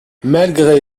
malgré